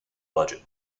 budget